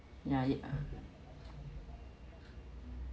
ya ya